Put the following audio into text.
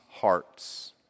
hearts